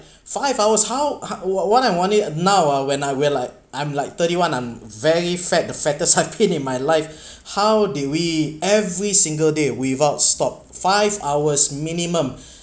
five hours how what what I wanted now uh when I where like I'm like thirty one I'm very fat the fattest I've been in my life how did we every single day without stop five hours minimum